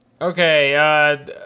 Okay